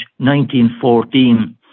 1914